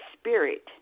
spirit